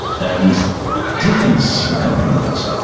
and two things have come from that.